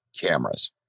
cameras